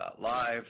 .live